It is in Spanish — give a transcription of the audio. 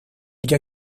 ella